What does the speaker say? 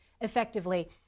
effectively